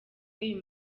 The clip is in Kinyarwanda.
uyu